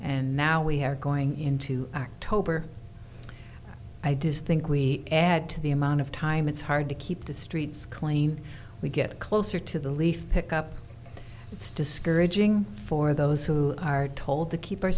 and now we are going into october i does think we add to the amount of time it's hard to keep the streets clean we get closer to the leaf pickup it's discouraging for those who are told to keep our